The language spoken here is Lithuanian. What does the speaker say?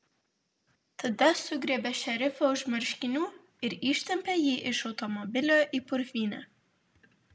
tada sugriebė šerifą už marškinių ir ištempė jį iš automobilio į purvynę